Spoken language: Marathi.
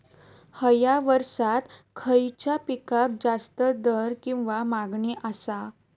हया वर्सात खइच्या पिकाक जास्त दर किंवा मागणी आसा?